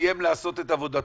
סיים לעשות את עבודתו.